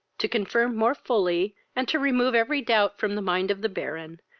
to confirm more fully, and to remove every doubt from the mind of the baron,